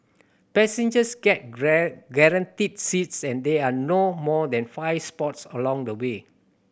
passengers get guaranteed seats and there are no more than five spots along the way